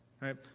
right